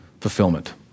fulfillment